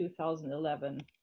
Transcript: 2011